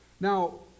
now